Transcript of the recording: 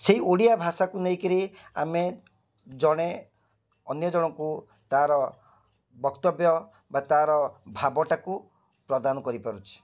ସେଇ ଓଡ଼ିଆ ଭାଷାକୁ ନେଇ କରି ଆମେ ଜଣେ ଅନ୍ୟଜଣଙ୍କୁ ତା'ର ବକ୍ତବ୍ୟ ବା ତା'ର ଭାବଟାକୁ ପ୍ରଦାନ କରିପାରୁଛି